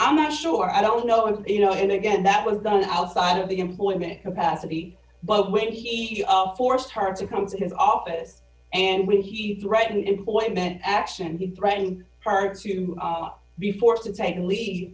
i'm not sure i don't know if you know and again that was done outside of the employment capacity but when he forced her to come to his office and when he threatened employment action he threatened her to be forced to take a lea